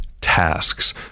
tasks